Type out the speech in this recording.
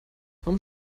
warum